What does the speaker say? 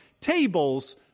tables